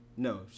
No